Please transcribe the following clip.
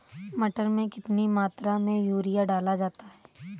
मटर में कितनी मात्रा में यूरिया डाला जाता है?